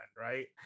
Right